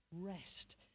rest